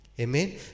Amen